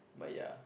but ya